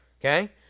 Okay